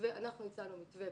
אנחנו הצענו מתווה.